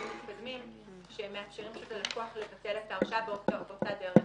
מתקדמים שמאפשרים ללקח לבטל את ההרשאה באותה דרך.